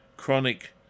chronic